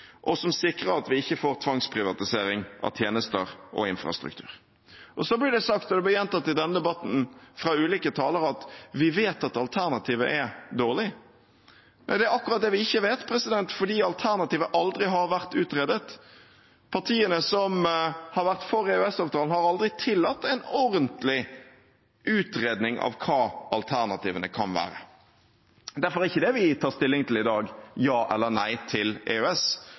og som sikrer at vi ikke får tvangsprivatisering av tjenester og infrastruktur. Så blir det sagt – og det ble gjentatt i denne debatten, fra ulike talere – at vi vet at alternativet er dårlig. Nei, det er akkurat det vi ikke vet, fordi alternativet aldri har vært utredet. Partiene som har vært for EØS-avtalen, har aldri tillatt en ordentlig utredning av hva alternativene kan være. Derfor er ikke det vi tar stilling til i dag, ja eller nei til EØS,